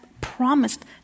promised